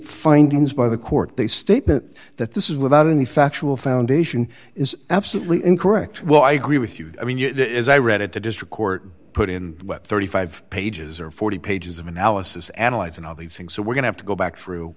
findings by the court they stay put that this is without any factual foundation is absolutely incorrect well i agree with you i mean as i read it the district court put in about thirty five pages or forty pages of analysis analyzing all these things so we're going to go back through